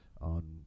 on